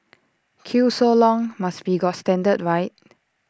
queue so long must be got standard right